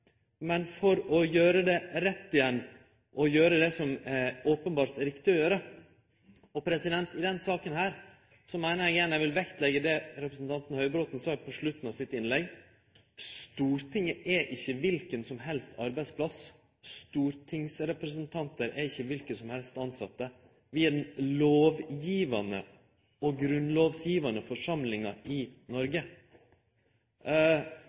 men ein må gjere det rett igjen, gjere det som openbert er riktig å gjere. Når det gjeld denne saka, vil eg igjen vektleggje det representanten Høybråten sa på slutten av sitt innlegg: Stortinget er ikkje kva som helst slags arbeidsplass. Stortingsrepresentantar er ikkje kven som helst tilsette. Vi er den lovgivande og grunnlovgivande forsamlinga i